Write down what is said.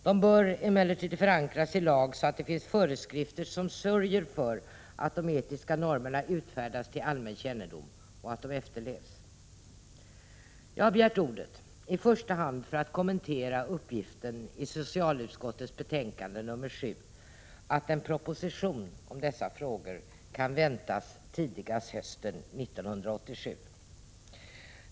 De bör emellertid förankras i lag så att det finns föreskrifter som sörjer för att de etiska normerna utfärdas till allmän kännedom och efterlevs. Jag har begärt ordet i första hand för att kommentera uppgiften i socialutskottets betänkande 7 att en proposition om dessa frågor kan väntas tidigast hösten 1987.